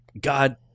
God